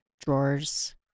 drawers